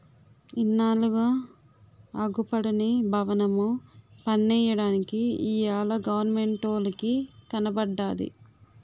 ఇన్నాళ్లుగా అగుపడని బవనము పన్నెయ్యడానికి ఇయ్యాల గవరమెంటోలికి కనబడ్డాది